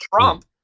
Trump